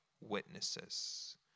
witnesses